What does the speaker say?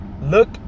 Look